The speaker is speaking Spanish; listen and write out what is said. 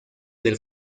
del